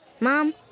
Mom